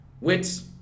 wits